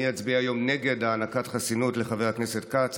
אני אצביע היום נגד הענקת חסינות לחבר הכנסת כץ.